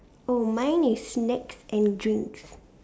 oh mine is snacks and drinks